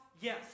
Yes